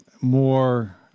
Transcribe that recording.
more